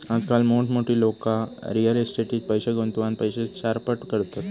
आजकाल मोठमोठी लोका रियल इस्टेटीट पैशे गुंतवान पैशे चारपट करतत